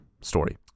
story